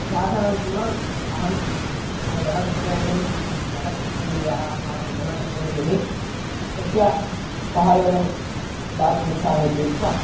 श्लाघनं कुर्वन् अहं मम जनप्रतिनिधिन् जनप्रतिनिधिः यः अस्माकं जनप्रतिनिधिः तस्य सहयोगं दातुमिच्छामि इति उक्त्वा